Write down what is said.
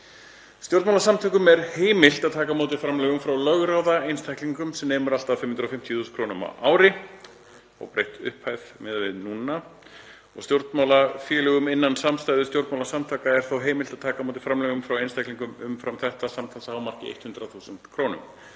Stjórnmálasamtökum er heimilt að taka á móti framlögum frá lögráða einstaklingum sem nemur allt að 550.000 kr. á ári.“ — það er óbreytt upphæð miðað við núna — „Stjórnmálafélögum innan samstæðu stjórnmálasamtaka er þó heimilt að taka á móti framlögum frá einstaklingum umfram þetta, samtals að hámarki 100.000 kr.